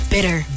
Bitter